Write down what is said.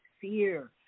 fear